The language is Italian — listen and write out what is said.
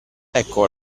ecco